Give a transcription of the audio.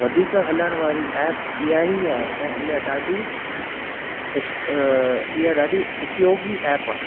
वधीक हलण वारी ऐप इहेई आहे ऐं ईअं ॾाढी विश हीअ ॾाढी उपयोगी ऐप आहे